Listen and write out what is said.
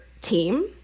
team